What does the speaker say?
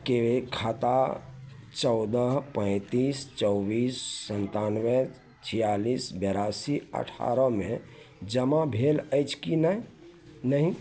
के खाता चौदह पैँतिस चौबिस सनतानवे छिआलिस बेरासी अठारहमे जमा भेल अछि कि नहि नहि